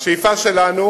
השאיפה שלנו